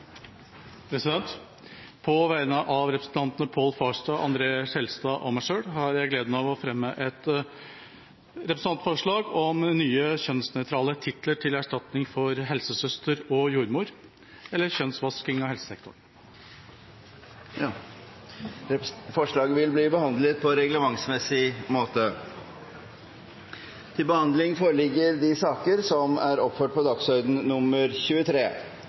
representantforslag. På vegne av representantene Pål Farstad, André N. Skjelstad og meg selv har jeg gleden av å fremme et representantforslag om nye kjønnsnøytrale titler til erstatning for helsesøster og jordmor – eller kjønnsvasking av titler i helsesektoren. Forslaget vil bli behandlet på reglementsmessig måte. Stortinget mottok mandag meddelelse fra Statsministerens kontor om at statsminister Erna Solberg vil møte til muntlig spørretime. Statsministeren er